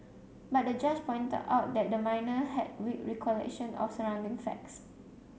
but the judge pointed out that the minor had weak recollection of surrounding facts